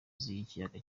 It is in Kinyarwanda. z’ikiyaga